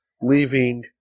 leaving